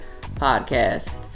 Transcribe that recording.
podcast